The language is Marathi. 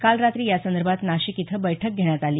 काल रात्री यासंदर्भात नाशिक इथं बैठक घेण्यात आली